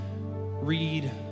read